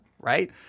right